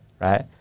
Right